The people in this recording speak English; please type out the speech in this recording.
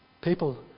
people